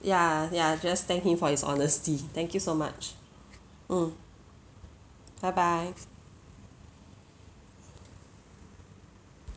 ya ya just thank him for his honesty thank you so much mm bye bye